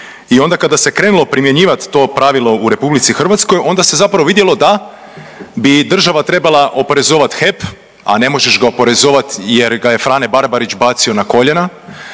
i onda kada se krenulo primjenjivati to pravilo u RH onda se zapravo vidjelo da bi država trebala oporezovati HEP, a ne možeš ga oporezovati jer ga je Frane Barbarić bacio na koljena,